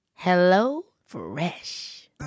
HelloFresh